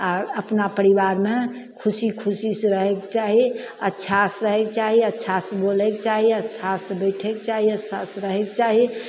आ अपना परिबारमे खुशी खुशीसे रहैके चाही अच्छा से रहैके चाही अच्छासँ बोलैके चाहीअच्छासे बैठैके चाही अच्छासे रहैके चाही